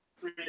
three